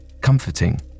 comforting